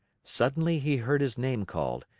suddenly he heard his name called,